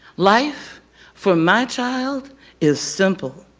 life for my child is simple,